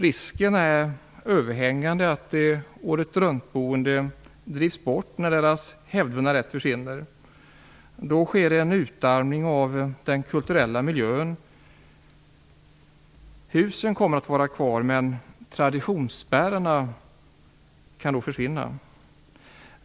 Risken är överhängande att de åretruntboende drivs bort när deras hävdvunna rätt försvinner. Då sker en utarmning av den kulturella miljön. Husen kommer att vara kvar, men traditionsbärarna kan försvinna.